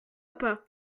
pas